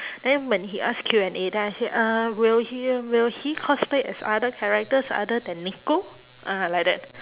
then when he ask Q and A then I say uh will he will he cosplay as other characters other than neko ah like that